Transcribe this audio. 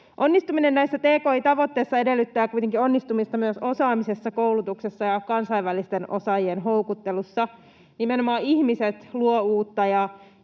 Onnistuminen näissä tki-tavoitteissa edellyttää kuitenkin onnistumista myös osaamisessa, koulutuksessa ja kansainvälisten osaajien houkuttelussa. Nimenoman ihmiset luovat uutta